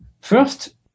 first